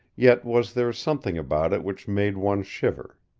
yet was there something about it which made one shiver.